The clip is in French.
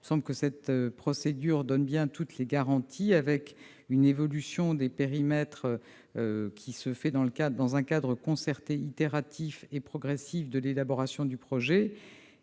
amendement. Cette procédure donne bien toutes les garanties, avec une évolution des périmètres qui est réalisée dans un cadre concerté, itératif et progressif de l'élaboration du projet.